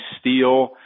steel